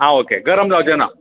आ okay गरम जांवचे ना